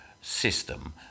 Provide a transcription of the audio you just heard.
system